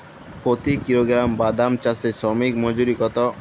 প্রতি কিলোগ্রাম বাদাম চাষে শ্রমিক মজুরি কত?